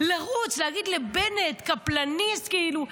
לרוץ ולהגיד לבנט קפלניסט כאילו,